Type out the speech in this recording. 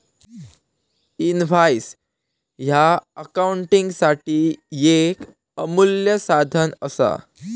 invoice ह्या अकाउंटिंगसाठी येक अमूल्य साधन असा